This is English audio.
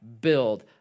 build